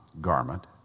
garment